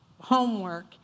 homework